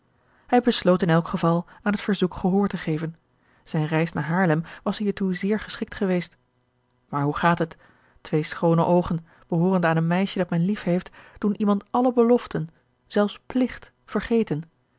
hij besloot in elk geval aan het verzoek gehoor te geven zijne reis naar haarlem was hiertoe zeer geschikt geweest maar hoe gaat het twee schoone oogen behoorende aan een meisje dat men lief heeft doen iemand alle beloften zelfs pligt vergeten